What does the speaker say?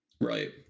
right